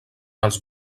els